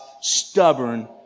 stubborn